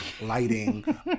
lighting